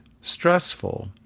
stressful